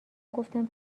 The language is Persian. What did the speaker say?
گفتم